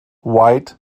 white